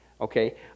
Okay